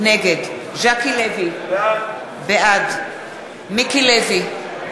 נגד ז'קי לוי, בעד מיקי לוי,